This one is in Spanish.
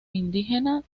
indígena